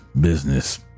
Business